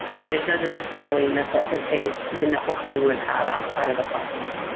but it doesn't necessarily necessitate the networking would have outside of the platform,